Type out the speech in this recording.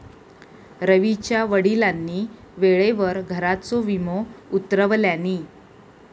रवीच्या वडिलांनी वेळेवर घराचा विमो उतरवल्यानी